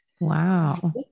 Wow